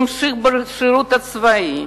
המשיך בשירות הצבאי,